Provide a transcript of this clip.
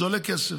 וזה עולה כסף.